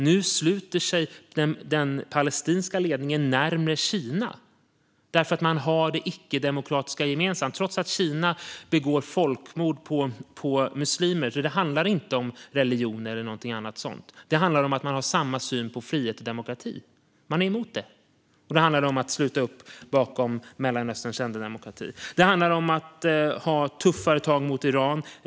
Nu närmar sig den palestinska ledningen Kina för att man har det icke-demokratiska gemensamt - detta trots att Kina begår folkmord på muslimer. Det handlar inte om religion utan om att man är emot frihet och demokrati. Det handlar om att ta tuffare tag mot Iran.